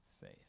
faith